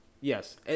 Yes